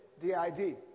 D-I-D